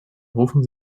rufen